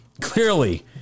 Clearly